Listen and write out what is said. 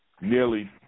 nearly